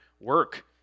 work